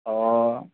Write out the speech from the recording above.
অ